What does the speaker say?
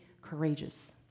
courageous